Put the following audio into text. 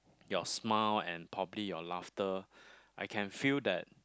your smile and probably your laughter I can feel that